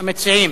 המציעים,